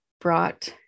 brought